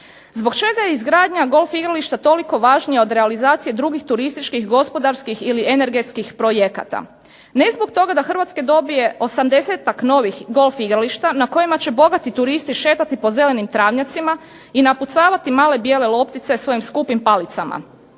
Zbog čega je izgradnja golf igrališta toliko važnija od realizacije drugih turističkih, gospodarskih ili energetskih projekata. Ne zbog toga da Hrvatska dobije 80-tak novih golf igrališta na kojima će bogati turisti šetati po zelenim travnjacima i napucavati male bijele loptice svojim skupim palicama.